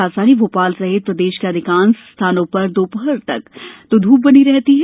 राजधानी भोपाल सहित प्रदेश के अधिकांश स्थानों पर दोपहर तक तो धूप बनी रहती है